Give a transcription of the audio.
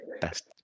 Best